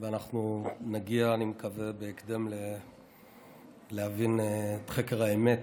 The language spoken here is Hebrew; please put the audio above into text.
ואני מקווה שנגיע בהקדם להבין את חקר האמת,